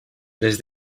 des